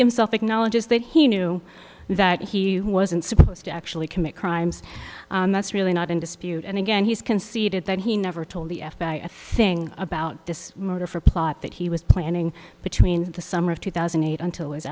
himself acknowledges that he knew that he wasn't supposed to actually commit crimes and that's really not in dispute and again he's conceded that he never told the f b i a thing about this murder for plot that he was planning between the summer of two thousand and eight until was